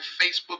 Facebook